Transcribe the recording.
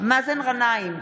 מאזן גנאים,